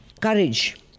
Courage